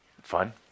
Fun